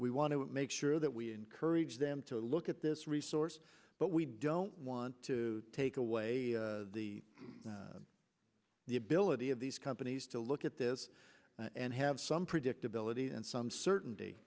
we want to make sure that we encourage them to look at this resource but we don't want to take away the the ability of these companies to look at this and have some predictability and some certainty